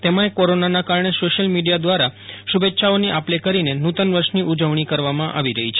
તેમાંથ કોરોનાના કારણે social media દ્રારા શુભેચ્છાઓની આપ લે કરીને નુતન વર્ષની ઉજવણી કરવામાં આવી રહી છે